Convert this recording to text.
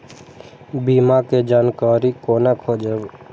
बीमा के जानकारी कोना खोजब?